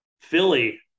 Philly